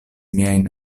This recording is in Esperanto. mian